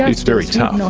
it's very tough,